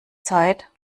zeit